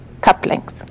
couplings